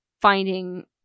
finding